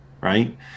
right